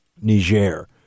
niger